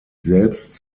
selbst